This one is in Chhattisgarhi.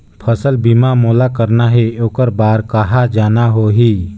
फसल बीमा मोला करना हे ओकर बार कहा जाना होही?